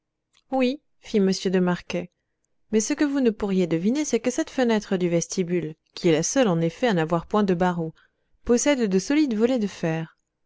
oui fit m de marquet mais ce que vous ne pourriez deviner c'est que cette fenêtre du vestibule qui est la seule en effet à n'avoir point de barreaux possède de solides volets de fer